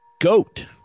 goat